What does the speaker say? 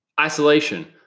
isolation